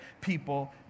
people